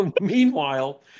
meanwhile